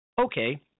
okay –